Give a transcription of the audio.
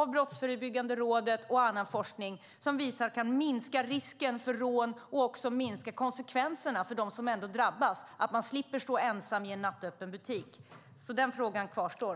av Brottsförebyggande rådet och andra. Forskning visar att det kan minska risken för rån, och konsekvenserna för dem som trots allt drabbas blir mindre om de slipper stå ensamma i en nattöppen butik. Den frågan kvarstår alltså.